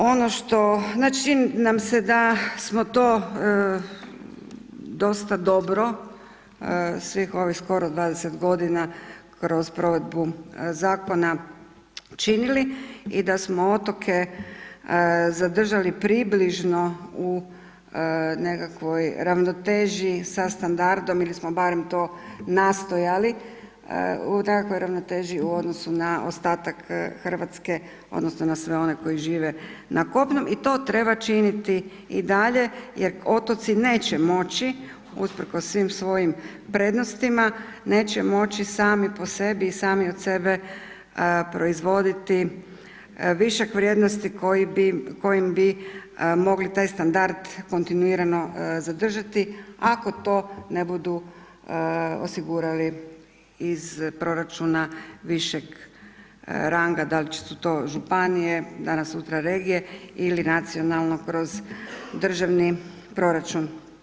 Ono što, čini nam se da smo to dosta dobro svih ovih skoro 20 godina kroz provedbu zakona činili i da smo otoke zadržali približno u nekakvoj ravnoteži sa standardom ili smo barem to nastojali u takvoj ravnoteži u odnosu na ostatak RH odnosno na sve one koji žive na kopnu i to treba činiti i dalje jer otoci neće moći usprkos svim svojim prednostima neće moći sami po sebi i sami od sebe proizvoditi višak vrijednosti kojim bi mogli taj standard kontinuirano zadržati ako to ne budu osigurali iz proračuna višeg ranga, da li su to županije, danas sutra regije ili nacionalno kroz državni proračun.